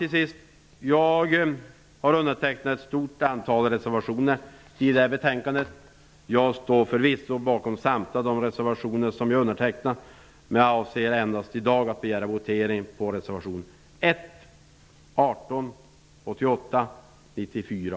Till sist: Jag har undertecknat ett stort antal reservationer som återfinns i detta betänkande. Jag står förvisso bakom samtliga reservationer som jag har undertecknat. Men jag avser i dag att endast begära votering avseende reservationerna 1, 18, 88, 94